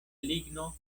ligno